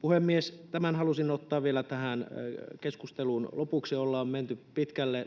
Puhemies! Tämän halusin ottaa vielä tähän keskusteluun lopuksi. Ollaan menty jo pitkälle